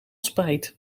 spijt